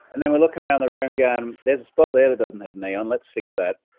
and then we're looking around the room going, there's a spot there that doesn't have neon. let's fix that.